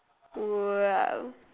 !wow!